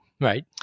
Right